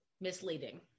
Misleading